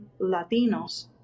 Latinos